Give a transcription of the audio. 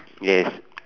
yes